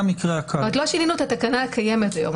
עוד לא שינינו את התקנה הקיימת היום.